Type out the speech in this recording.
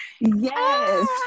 Yes